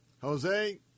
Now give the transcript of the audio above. Jose